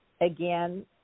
Again